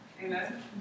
Amen